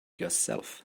yourself